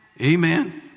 Amen